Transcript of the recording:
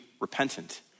repentant